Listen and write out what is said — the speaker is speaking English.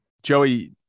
Joey